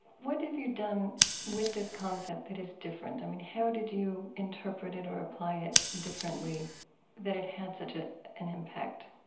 what have you done with this concept that is different? i mean, how did you interpret it or apply it differently that it had such an impact?